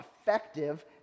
effective